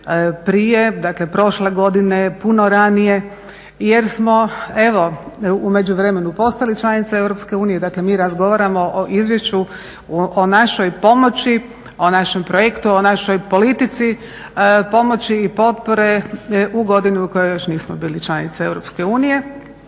prije, dakle prošle godine, puno ranije, jer smo evo u međuvremenu postali članica Europske unije, dakle mi razgovaramo o izvješću, o našoj pomoći, o našem projektu, o našoj politici, pomoći i potpore u godini u kojoj još nismo bili članica